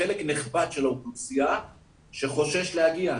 יש חלק נכבד של האוכלוסייה שחושש להגיע.